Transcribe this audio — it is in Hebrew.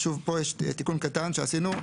שוב, פה יש תיקון קטן שעשינו.